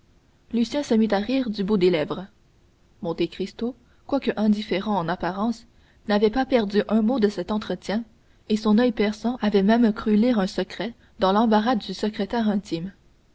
lucien se mit à rire du bout des lèvres monte cristo quoique indifférent en apparence n'avait pas perdu un mot de cet entretien et son oeil perçant avait même cru lire un secret dans l'embarras du secrétaire intime